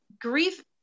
grief